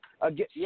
Again